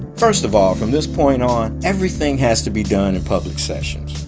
first of all, from this point on, everything has to be done in public sessions.